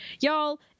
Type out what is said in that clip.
Y'all